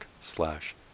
slash